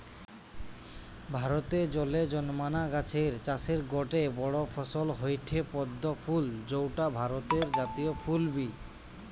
ভারতে জলে জন্মানা গাছের চাষের গটে বড় ফসল হয়ঠে পদ্ম ফুল যৌটা ভারতের জাতীয় ফুল বি